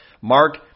Mark